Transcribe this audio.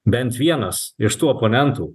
bent vienas iš tų oponentų